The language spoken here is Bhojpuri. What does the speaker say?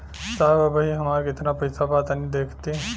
साहब अबहीं हमार कितना पइसा बा तनि देखति?